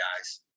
guys